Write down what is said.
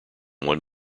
one